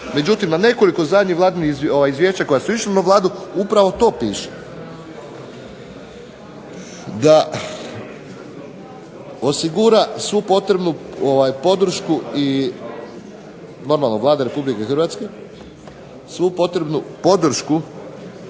Međutim na nekoliko zadnjih Vladinih izvješća koja su išla na Vladu, upravo to piše. Da osigura svu potrebnu podršku i normalno Vlada Republike Hrvatske, svu potrebnu podršku